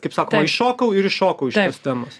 kaip sakoma įšokau ir iššokau iš tos temos